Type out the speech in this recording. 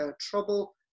trouble